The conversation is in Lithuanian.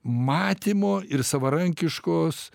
matymo ir savarankiškos